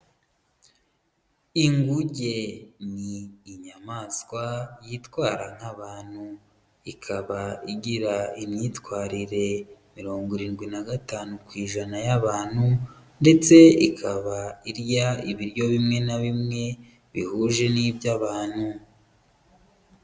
Inguge ni inyamaswa yitwara nk'abantu, ikaba igira imyitwarire mirongo irindwi na gatanu ku ijana y'abantu, ndetse ikaba irya ibiryo bimwe na bimwe bihuje n'iby'abantu.